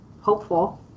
hopeful